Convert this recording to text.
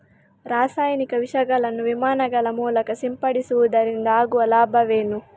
ರಾಸಾಯನಿಕ ವಿಷಗಳನ್ನು ವಿಮಾನಗಳ ಮೂಲಕ ಸಿಂಪಡಿಸುವುದರಿಂದ ಆಗುವ ಲಾಭವೇನು?